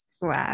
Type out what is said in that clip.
wow